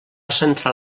centrar